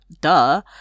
Duh